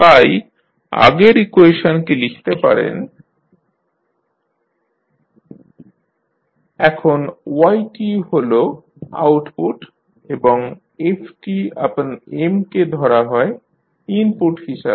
তাই আগের ইকুয়েশনকে লিখতে পারেন এখন y হল আউটপুট এবং কে ধরা হয় ইনপুট হিসাবে